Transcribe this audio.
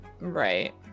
Right